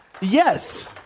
yes